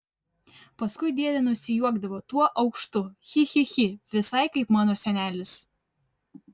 paskui dėdė nusijuokdavo tuo aukštu chi chi chi visai kaip mano senelis